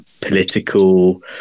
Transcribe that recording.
political